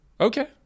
Okay